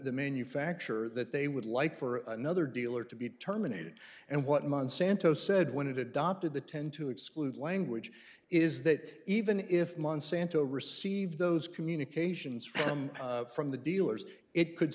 manufacturer that they would like for another dealer to be terminated and what months santos said when it adopted the ten to exclude language is that even if monsanto received those communications from from the dealers it could